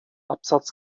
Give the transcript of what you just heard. absatz